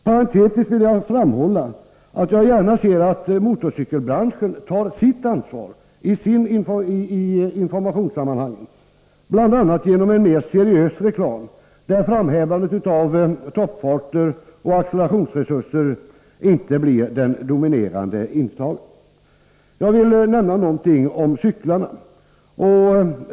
Parentetiskt vill jag framhålla att jag gärna ser att motorcykelbranschen tar sitt ansvar i informationssammanhang, bl.a. genom en mer seriös reklam, där framhävandet av toppfarter och accelerationsresurser inte blir det dominerande inslaget. Jag vill nämna någonting om cyklarna.